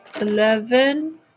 Eleven